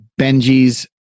benji's